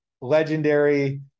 legendary